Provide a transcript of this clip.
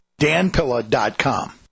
danpilla.com